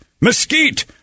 mesquite